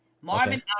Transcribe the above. Marvin